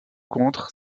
contre